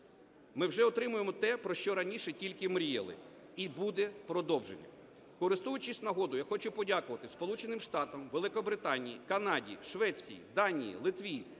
Ми вже отримуємо те, про що раніше тільки мріяли і буде продовження. Користуючись нагодою я хочу подякувати: Сполученим Штатам, Великобританії, Канаді, Швеції, Данії, Литві,